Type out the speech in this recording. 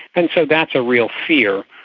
and so that's a real fear.